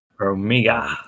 Omega